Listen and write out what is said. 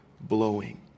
blowing